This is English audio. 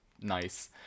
nice